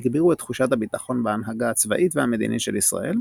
הגבירו את תחושת הביטחון בהנהגה הצבאית והמדינית של ישראל,